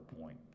point